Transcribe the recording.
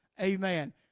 amen